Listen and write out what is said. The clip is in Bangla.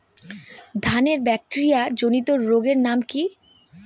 ধানের ব্যাকটেরিয়া জনিত রোগের নাম কি?